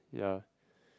yeah